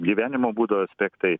gyvenimo būdo aspektai